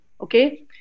Okay